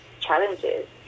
challenges